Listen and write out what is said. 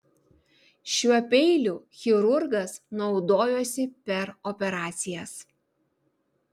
šiuo peiliu chirurgas naudojosi per operacijas